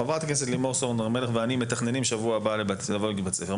חברת הכנסת סון הר מלך ואני מתכננים לבוא בשבוע הבא לבתי הספר,